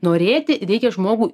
norėti reikia žmogų